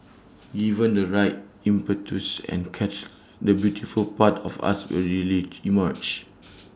given the right impetus and catalyst the beautiful part of us will really emerge